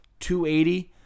280